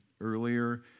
earlier